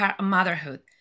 motherhood